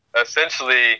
Essentially